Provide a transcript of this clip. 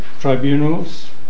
tribunals